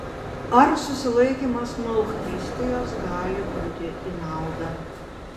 ar susilaikymas nuo eucharistijos gali būti į naudą